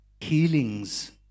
healings